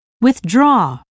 withdraw